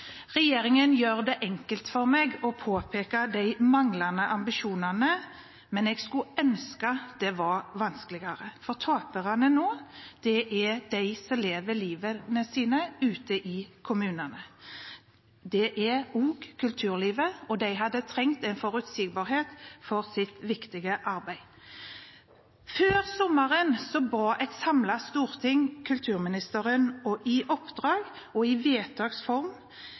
Regjeringen gjør det enkelt for meg å påpeke de manglende ambisjonene, men jeg skulle ønske det var vanskeligere. For taperne nå er de som lever livene sine ute i kommunene. Det er også kulturlivet, og de hadde trengt en forutsigbarhet for sitt viktige arbeid. Før sommeren ga et samlet storting kulturministeren i oppdrag i vedtaks form å omtale fem punkt spesielt i